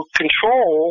control